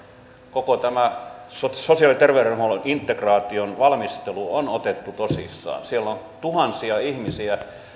koko tämä sosiaali ja terveydenhuollon integraation valmistelu on otettu tosissaan siellä on tuhansia ihmisiä